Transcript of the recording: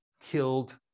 killed